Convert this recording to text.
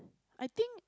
I think